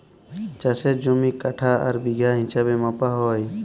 চাষের জমি কাঠা আর বিঘা হিছাবে মাপা হ্যয়